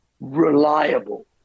reliable